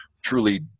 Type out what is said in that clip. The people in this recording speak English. truly